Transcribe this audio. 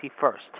first